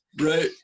Right